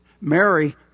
Mary